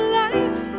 life